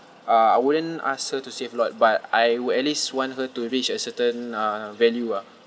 uh I wouldn't ask her to save a lot but I would at least want her to reach a certain uh value ah